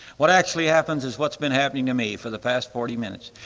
what actually happens is what's been happening to me for the past forty minutes,